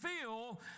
feel